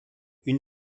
une